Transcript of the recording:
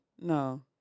No